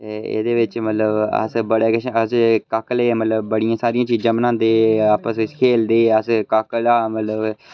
एह्दे बिच्च मतलब असें बड़ा किश अस काकले मतलब बड़ी सारी चीज़ां बनांदे आपस बिच्च खेलदे अस काकलां मतलब